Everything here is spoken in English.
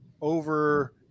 over